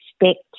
expect